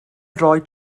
droed